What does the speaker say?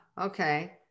okay